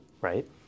right